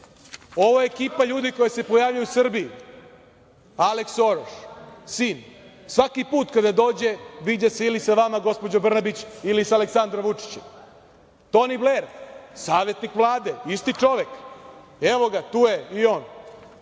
ovo je ekipa ljudi koja se pojavljuje u Srbiji, Aleks Soroš, sin svaki put kada dođe, vide se ili sa vama gospođo Brnabić ili sa Aleksandrom Vučićem. Toni Bler, savetnik Vlade, isti čovek, evo ga tu je i on.